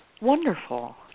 Wonderful